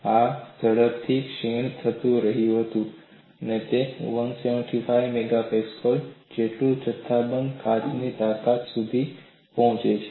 અને આ ઝડપથી ક્ષીણ થઈ રહ્યું હતું અને તે 175 MPa જેટલું જથ્થાબંધ કાચની તાકાત સુધી પહોંચે છે